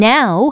Now